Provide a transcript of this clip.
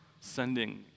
sending